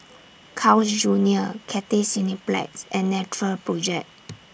Carl's Junior Cathay Cineplex and Natural Project